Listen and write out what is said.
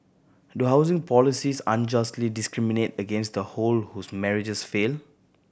do housing policies unjustly discriminate against the who whose marriages failed